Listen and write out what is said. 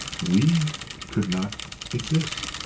we could not exist.